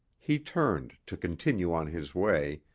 he turned to continue on his way,